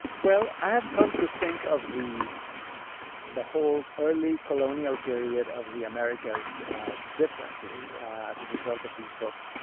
well, i have come to think of the the whole early colonial period of the americas differently as a result of this book.